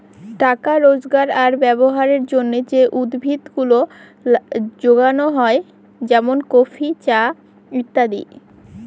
টাকা রোজগার আর ব্যবহারের জন্যে যে উদ্ভিদ গুলা যোগানো হয় যেমন কফি, চা ইত্যাদি